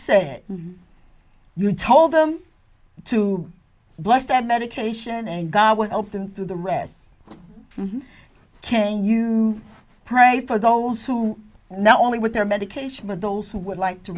said you told them to bless that medication and god will help them through the rest can you pray for those who not only with their medication but those who would like to